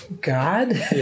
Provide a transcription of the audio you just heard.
God